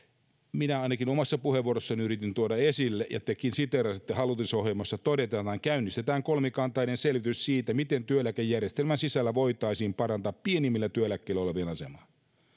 minä ainakin omassa puheenvuorossani yritin tuoda esille ja tekin siteerasitte sitä että hallitusohjelmassa todetaan että käynnistetään kolmikantainen selvitys siitä miten työeläkejärjestelmän sisällä voitaisiin parantaa pienimmillä työeläkkeillä olevien asemaa